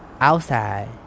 Outside